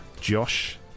Josh